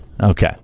Okay